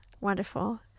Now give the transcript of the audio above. Wonderful